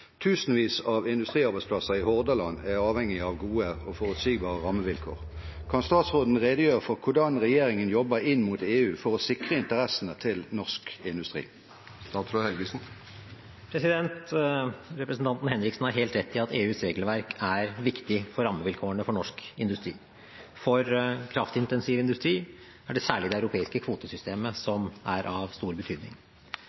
Tusenvis av industriarbeidsplasser i Hordaland er avhengige av gode og forutsigbare rammevilkår. Kan statsråden redegjøre for hvordan regjeringen jobber inn mot EU for å sikre interessene til norsk industri?» Representanten Henriksen har helt rett i at EUs regelverk er viktig for rammevilkårene for norsk industri. For kraftintensiv industri er det særlig det europeiske kvotesystemet